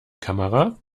kamera